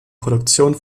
produktion